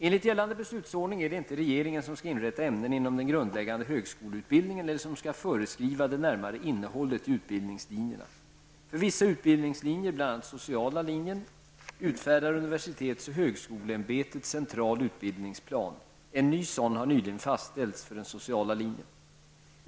Enligt gällande beslutsordning är det inte regeringen som skall inrätta ämnen inom den grundläggande högskoleutbildningen eller som skall föreskriva det närmare innehållet i utbildningslinjerna. För vissa utbildningslinjer, bl.a. sociala linen, utfärdar universitets och högskoleämbetet en central utbildningsplan. En ny sådan har nyligen fastställts för den sociala linjen.